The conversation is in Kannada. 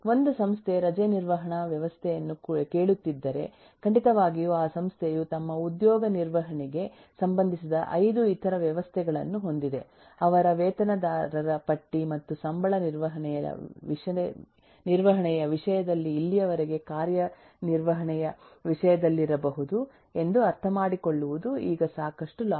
ಒಂದು ಸಂಸ್ಥೆ ರಜೆ ನಿರ್ವಹಣಾ ವ್ಯವಸ್ಥೆಯನ್ನು ಕೇಳುತ್ತಿದ್ದರೆ ಖಂಡಿತವಾಗಿಯೂ ಆ ಸಂಸ್ಥೆಯು ತಮ್ಮ ಉದ್ಯೋಗ ನಿರ್ವಹಣೆಗೆ ಸಂಬಂಧಿಸಿದ 5 ಇತರ ವ್ಯವಸ್ಥೆಗಳನ್ನು ಹೊಂದಿದೆ ಅವರ ವೇತನದಾರರ ಪಟ್ಟಿ ಮತ್ತು ಸಂಬಳ ನಿರ್ವಹಣೆಯ ವಿಷಯದಲ್ಲಿ ಇಲ್ಲಿಯವರೆಗೆ ಕಾರ್ಯ ನಿರ್ವಹಣೆಯ ವಿಷಯದಲ್ಲಿರಬಹುದು ಎಂದು ಅರ್ಥಮಾಡಿಕೊಳ್ಳುವುದು ಈಗ ಸಾಕಷ್ಟು ಲಾಜಿಕಲ್ ಆಗಿದೆ